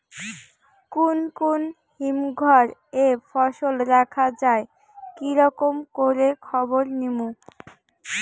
কুন কুন হিমঘর এ ফসল রাখা যায় কি রকম করে খবর নিমু?